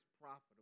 profitable